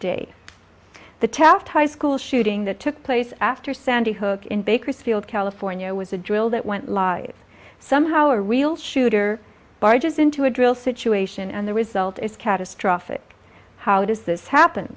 day the chaffed high school shooting that took place after sandy hook in bakersfield california was a drill that went live somehow a real shooter barges into a drill situation and the result is catastrophic how does this happen